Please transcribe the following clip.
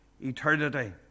eternity